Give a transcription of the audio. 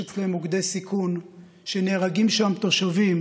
אצלם מוקדי סיכון שנהרגים שם תושבים,